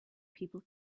people